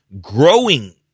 growing